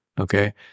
Okay